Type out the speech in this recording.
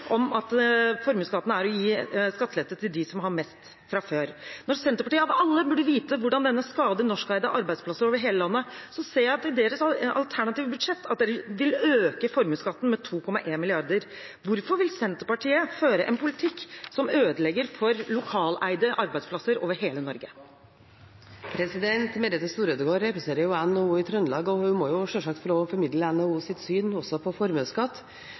om at formuesskatten er å gi skattelette til dem som har mest fra før, når Senterpartiet – av alle – burde vite hvordan denne skader norskeide arbeidsplasser over hele landet. Så ser jeg i deres alternative budsjett at de vil øke formuesskatten med 2,1 mrd. kr. Hvorfor vil Senterpartiet føre en politikk som ødelegger for lokaleide arbeidsplasser over hele Norge? Merethe Storødegård representerer NHO i Trøndelag og må sjølsagt få lov til å formidle NHOs syn også på formuesskatt.